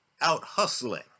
out-hustling